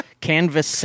canvas